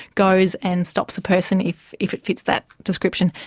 goes and stops the person if if it fits that description.